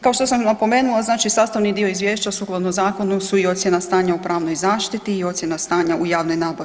Kao što sam napomenula, znači sastavni dio izvješća sukladno zakonu su i ocjena stanja u pravnoj zaštiti i ocjena stanja u javnoj nabavi